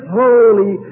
holy